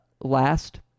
last